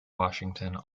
washington